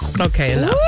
Okay